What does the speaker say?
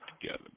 together